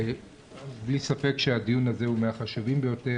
אין לי ספק שהדיון הזה הוא מהחשובים ביותר